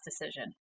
decision